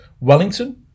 Wellington